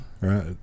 right